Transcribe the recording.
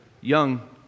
young